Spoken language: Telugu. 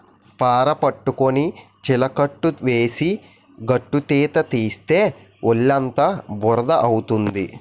పార పట్టుకొని చిలకట్టు వేసి గట్టుతీత తీస్తే ఒళ్ళుఅంతా బురద అవుతుంది